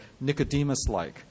Nicodemus-like